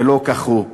ולא כך הוא.